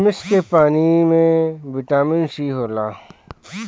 किशमिश के पानी में बिटामिन सी होला